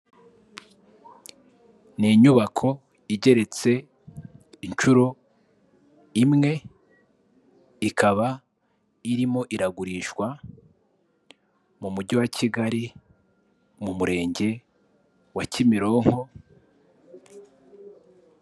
Ni inyubako igeretse inshuro imwe, ikaba irimo iragurishwa, mu mujyi wa Kigali, mu murenge wa Kimironko.